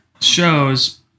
shows